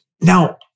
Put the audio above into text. Now